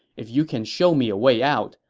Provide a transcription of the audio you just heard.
if you can show me a way out,